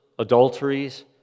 Adulteries